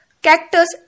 Cactus